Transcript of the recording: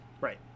right